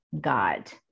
God